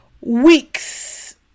Weeks